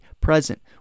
present